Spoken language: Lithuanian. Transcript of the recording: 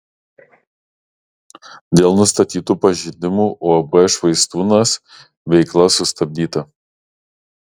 dėl nustatytų pažeidimų uab švaistūnas veikla sustabdyta